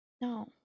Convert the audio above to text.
No